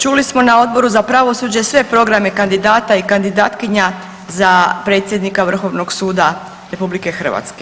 Čuli smo na Odboru za pravosuđe sve programe kandidata i kandidatkinja za predsjednika Vrhovnog suda RH.